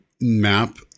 map